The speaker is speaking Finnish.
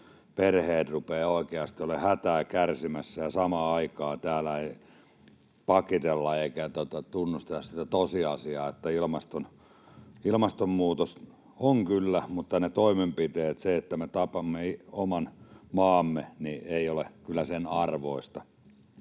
perheet rupeavat oikeasti olemaan hätää kärsimässä. Samaan aikaan täällä ei pakitella eikä tunnusteta sitä tosiasiaa, että ilmastonmuutos on kyllä mutta ne toimenpiteet — se, että me tapamme oman maamme — eivät ole kyllä sen arvoisia.